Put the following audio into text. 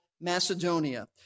Macedonia